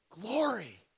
glory